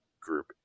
group